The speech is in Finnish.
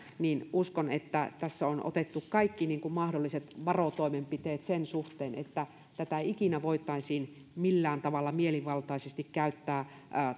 niin uskon että on otettu kaikki mahdolliset varotoimenpiteet sen suhteen että tätä ikinä voitaisiin millään tavalla mielivaltaisesti käyttää